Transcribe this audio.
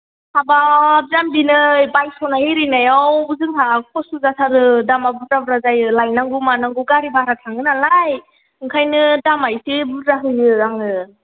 हाबाब जामबि नै बायस'नाय ओरिनायाव जोंहा खस्थ' जाथारो दामआ बुरजा बुरजा जायो लायनांगौ मानांगौ गारि भारा थाङो नालाय ओंखायनो दामआ इसे बुरजा होयो आङो